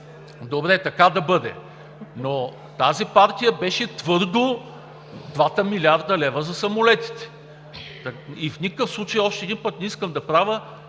Добре. Така да бъде! Но тази партия беше твърдо за двата милиарда лева за самолетите. В никакъв случай, още един път, не искам да правя